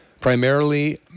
primarily